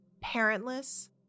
parentless